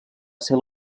cel